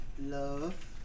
Love